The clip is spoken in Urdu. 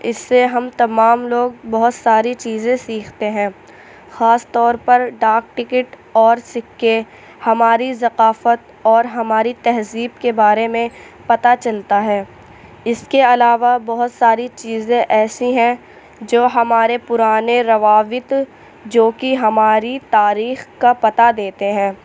اِس سے ہم تمام لوگ بہت ساری چیزیں سیکھتے ہیں خاص طور پر ڈاک ٹکٹ اور سکّے ہماری ثقافت اور ہماری تہذیب کے بارے میں پتہ چلتا ہے اِس کے علاوہ بہت ساری چیزیں ایسی ہیں جو ہمارے پُرانے روابط جو کہ ہماری تاریخ کا پتہ دیتے ہیں